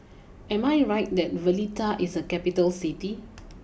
am I right that Valletta is a capital City